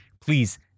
Please